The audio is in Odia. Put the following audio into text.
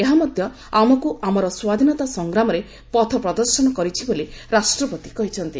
ଏହାମଧ୍ୟ ଆମକୁ ଆମର ସ୍ୱାଧୀନତା ସଂଗ୍ରାମରେ ପଥ ପ୍ରଦର୍ଶନ କରିଛି ବୋଲି ରାଷ୍ଟପତି କହିଛନ୍ତି